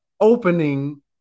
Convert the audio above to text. opening